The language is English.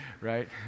right